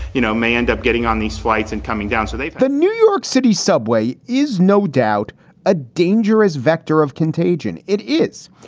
you know, may end up getting on these flights and coming down so they the new york city subway is no doubt a dangerous vector of contagion. it is.